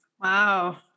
wow